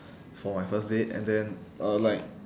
for my first date and then uh like